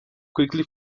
quickly